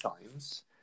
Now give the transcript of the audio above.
times